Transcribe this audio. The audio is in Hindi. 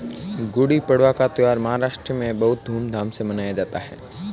गुड़ी पड़वा का त्यौहार महाराष्ट्र में बहुत धूमधाम से मनाया जाता है